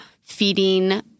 feeding